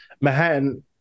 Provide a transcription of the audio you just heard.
Manhattan